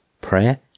prayer